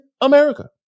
America